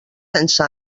sense